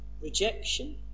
rejection